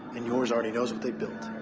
and yours already knows what they've built.